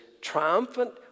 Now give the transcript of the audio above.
triumphant